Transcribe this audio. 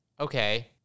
Okay